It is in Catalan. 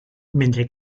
mentre